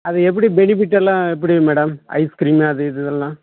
அது எப்படி பெனிஃபிட் எல்லாம் எப்படி மேடம் ஐஸ்க்ரீமு அது இது எல்லாம்